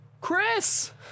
Chris